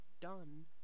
done